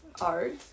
art